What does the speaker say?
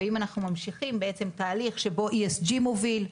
ואם אנחנו ממשיכים בעצם זה תהליך שבו ESG מוביל,